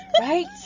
Right